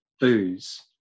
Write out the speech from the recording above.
booze